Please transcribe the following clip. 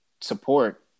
support